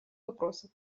вопросов